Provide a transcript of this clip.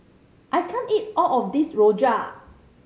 I can't eat all of this rojak